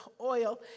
oil